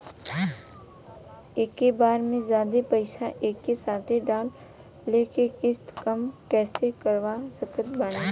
एके बार मे जादे पईसा एके साथे डाल के किश्त कम कैसे करवा सकत बानी?